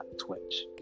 Twitch